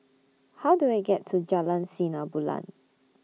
How Do I get to Jalan Sinar Bulan